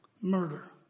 Murder